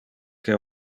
que